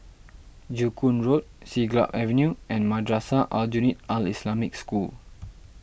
Joo Koon Road Siglap Avenue and Madrasah Aljunied Al Islamic School